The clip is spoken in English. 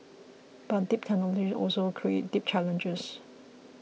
but deep technology also creates deep challenges